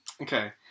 Okay